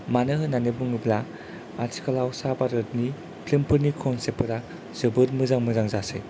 मानो होननानै बुङोब्ला आथिखालाव सा भारतनि फिल्म फोरनि कन्सेप्ट फोरा जोबोर मोजां मोजां जासै